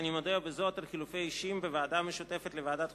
אני מודיע בזאת על חילופי אישים בוועדה המשותפת לוועדת החוקה,